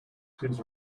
hears